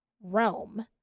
Rome